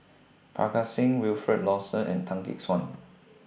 Parga Singh Wilfed Lawson and Tan Gek Suan